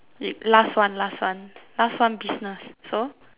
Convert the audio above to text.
last one last one last one business so